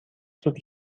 سود